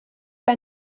bei